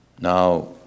Now